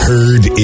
Heard